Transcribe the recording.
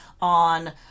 on